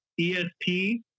ESP